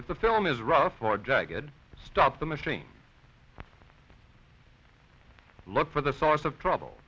if the film is rough for a jacket stop the machine look for the source of trouble